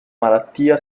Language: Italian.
malattia